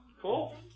Cool